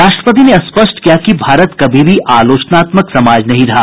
राष्ट्रपति ने स्पष्ट किया कि भारत कभी भी आलोचनात्मक समाज नहीं रहा